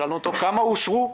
שאלנו אותו כמה אושרו.